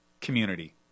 Community